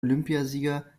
olympiasieger